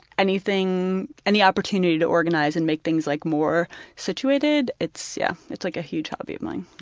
anything any opportunity to organize and make things like more situated, it's yeah, it's like a huge hobby of mine.